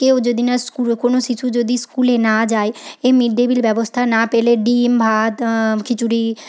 কেউ যদি না কোনো শিশু যদি স্কুলে না যায় এই মিড ডে মিল ব্যবস্থা না পেলে ডিম ভাত খিচুড়ি